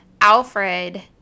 Alfred